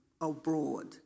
abroad